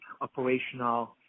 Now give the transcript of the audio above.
operational